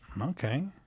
Okay